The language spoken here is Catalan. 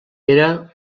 era